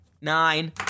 Nine